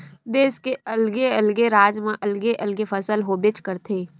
देस के अलगे अलगे राज म अलगे अलगे फसल होबेच करथे